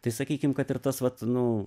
tai sakykim kad ir tas vat nu